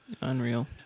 Unreal